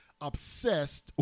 obsessed